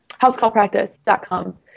Housecallpractice.com